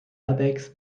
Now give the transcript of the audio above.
airbags